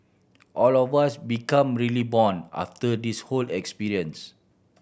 all of us become really bond after this whole experience